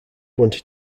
wanted